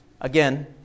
again